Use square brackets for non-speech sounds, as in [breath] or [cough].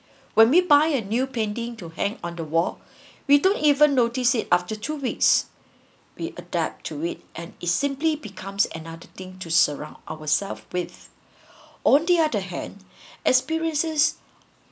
when we buy a new painting to hang on the wall [breath] we don't even notice it after two weeks we adapt to it and it's simply becomes another thing to surround ourselves with [breath] on the other hand [breath] experiences